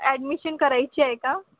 admission करायची आहे का